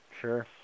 Sure